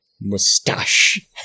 Mustache